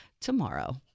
Tomorrow